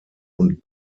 und